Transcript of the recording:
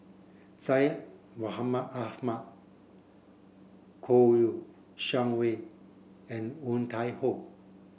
Syed Mohamed Ahmed Kouo Shang Wei and Woon Tai Ho